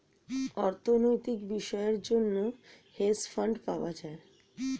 অর্থনৈতিক বিষয়ের জন্য হেজ ফান্ড পাওয়া যায়